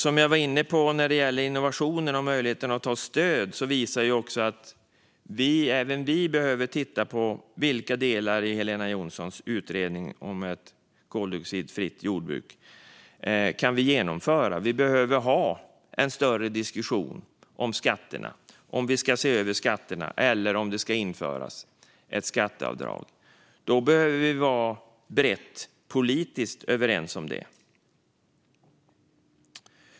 Som jag var inne på när det gäller innovationer och möjligheten att ta stöd behöver även vi titta på vilka delar i Helena Jonssons utredning om ett koldioxidfritt jordbruk som vi kan genomföra. Vi behöver ha en större diskussion om skatterna, om vi ska se över skatterna eller om det ska införas ett skatteavdrag. Då behöver vi vara brett politiskt överens om det.